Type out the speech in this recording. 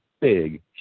big